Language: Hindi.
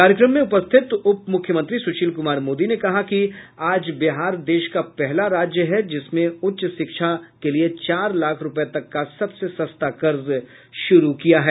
कार्यक्रम में उपस्थित उप मुख्यमंत्री सुशील कुमार मोदी ने कहा कि आज बिहार देश का पहला राज्य है जिसमें उच्च शिक्षा के लिये चार लाख रूपये तक का सबसे सस्ता कर्ज शुरू किया है